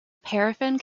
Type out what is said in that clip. paraffin